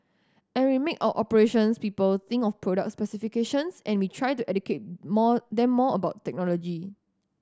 and we make our operations people think of product specifications and we try to educate more then more about technology